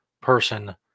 person